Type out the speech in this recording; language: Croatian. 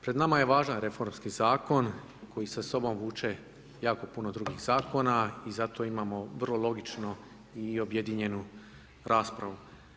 Pred nama je važan reformski zakon, koji sa sobom vuče jako puno drugih zakona, i zato imamo vrlo logično i objedinjenu raspravu.